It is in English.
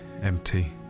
empty